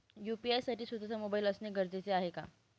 UPI साठी स्वत:चा mobile असणे गरजेचे आहे का?